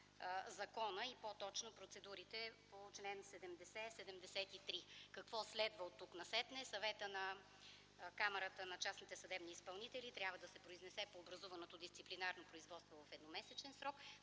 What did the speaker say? и по-точно процедурите по чл. 70-73. Какво следва оттук насетне? Съветът на Камарата на частните съдебни изпълнители трябва да се произнесе по образуваното дисциплинарно производство в едномесечен срок.